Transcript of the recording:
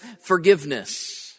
forgiveness